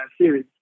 series